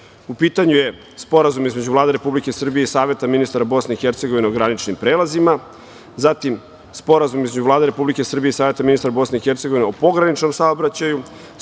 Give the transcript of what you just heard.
pitanju je Sporazum između Vlade Republike Srbije i Saveta ministara Bosne i Hercegovine o graničnim prelazima, zatim, Sporazum između Vlade Republike Srbije i Saveta ministara Bosne i Hercegovine o pograničnom saobraćaju,